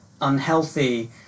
unhealthy